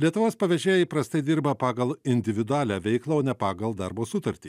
lietuvos pavežėjai įprastai dirba pagal individualią veiklą o ne pagal darbo sutartį